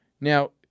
Now